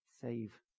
Save